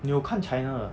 你有看 china 的